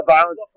Violence